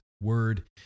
word